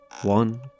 one